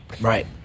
Right